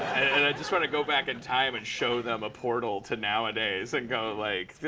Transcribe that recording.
and i just want to go back in time and show them a portal to nowadays, and go, like,